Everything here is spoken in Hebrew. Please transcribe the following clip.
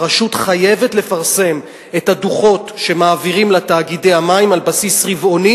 הרשות חייבת לפרסם את הדוחות שמעבירים לה תאגידי המים על בסיס רבעוני,